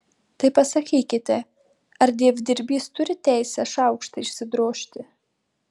tai pasakykite ar dievdirbys turi teisę šaukštą išsidrožti